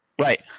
right